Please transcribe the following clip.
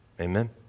Amen